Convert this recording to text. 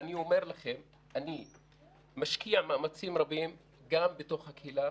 ואני אומר לכם שאני משקיע מאמצים רבים גם בתוך הקהילה